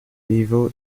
evil